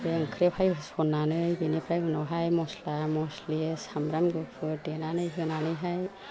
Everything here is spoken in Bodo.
बे ओंख्रियावहाय होसन्नानै बेनिफ्राय उनावहाय मस्ला मस्लि सामब्राम गुफुर देनानै होनानैहाय